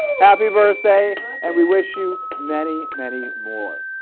happy birthday and we wish you many many more.